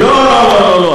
לא, לא, לא.